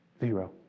Zero